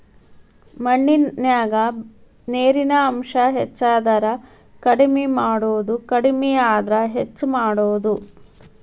ಮಣ್ಣಿನ್ಯಾಗ ನೇರಿನ ಅಂಶ ಹೆಚಾದರ ಕಡಮಿ ಮಾಡುದು ಕಡಮಿ ಆದ್ರ ಹೆಚ್ಚ ಮಾಡುದು